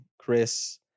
Chris